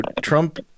Trump